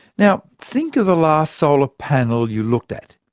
now think of the last solar panel you looked at.